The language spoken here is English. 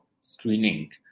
screening